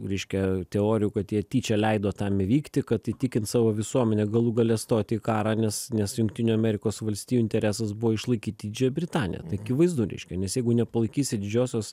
reiškia teorijų kad jie tyčia leido tam įvykti kad įtikint savo visuomenę galų gale stoti į karą nes nes jungtinių amerikos valstijų interesas buvo išlaikyt didžiąją britaniją tai akivaizdu reiškia nes jeigu nepalaikysi didžiosios